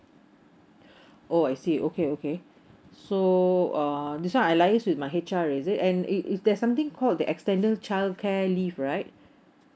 oh I see okay okay so um this one I liaise with my H_R is it and it is there's something called the extended childcare leave right